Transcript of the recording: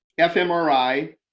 fmri